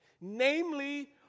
Namely